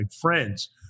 friends